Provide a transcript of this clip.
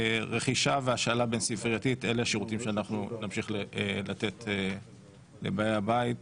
רכישה והשאלה בין ספרייתית אלה השירותים שאנחנו נמשיך לתת לבאי הבית,